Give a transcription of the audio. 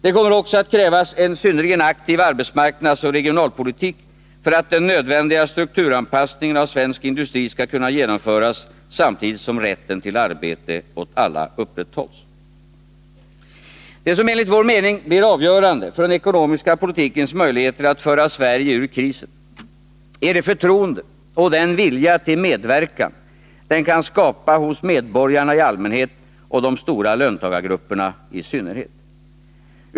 Det kommer också att krävas en synnerligen aktiv arbetsmarknadsoch regionalpolitik för att den nödvändiga strukturanpassningen av svensk industri skall kunna genomföras samtidigt som rätten till arbete åt alla upprätthålls. Det som enligt vår mening blir avgörande för den ekonomiska politikens möjligheter att föra Sverige ur krisen är det förtroende och den vilja till medverkan den kan skapa hos medborgarna i allmänhet och de stora löntagargrupperna i synnerhet.